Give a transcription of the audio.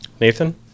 Nathan